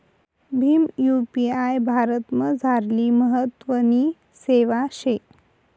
Bhim UPI भारतमझारली महत्वनी सेवा शे